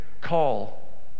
call